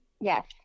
Yes